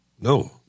No